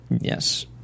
Yes